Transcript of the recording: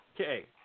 Okay